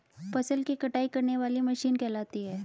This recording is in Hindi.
फसल की कटाई करने वाली मशीन कहलाती है?